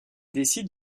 décide